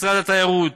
משרד התיירות,